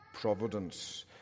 providence